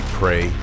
pray